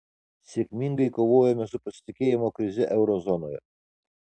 sėkmingai kovojome su pasitikėjimo krize euro zonoje